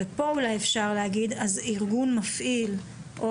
ופה אולי אפשר להגיד שארגון מפעיל או